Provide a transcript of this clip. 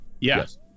Yes